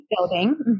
building